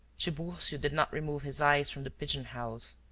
tiburcio did not remove his eyes from the pigeon-house,